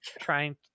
trying